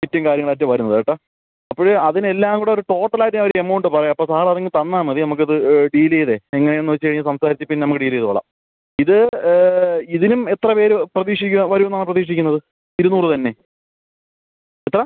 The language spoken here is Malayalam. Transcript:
കിറ്റും കാര്യങ്ങളുമായിട്ട് വരുന്നതേട്ടാ അപ്പഴ് അതിനെല്ലാം കൂടെ ഒരു ടോട്ടലായിട്ട് ഞാൻ ഒരു എമൗണ്ട് പറയാം അപ്പോൾ സാർ അതിങ്ങ് തന്നാൽ മതി നമ്മൾക്ക് അത് ഡീലെയ്ത് എങ്ങനെയാന്ന് വെച്ച് കഴിഞ്ഞ് സംസാരിച്ച് പിന്നെ നമ്മൾക്ക് ഡീൽ ചെയ്തോളാം ഇത് ഇതിനും എത്ര പേര് പ്രതീക്ഷിക്കാം വരുന്നത് പ്രതീക്ഷിക്കുന്നത് ഇരുന്നൂറ് തന്നെ എത്ര